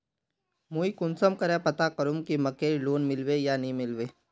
मुई कुंसम करे पता करूम की मकईर लोन मिलबे या नी मिलबे?